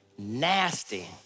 Nasty